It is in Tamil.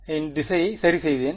இன் திசையை சரிசெய்தேன்